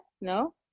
no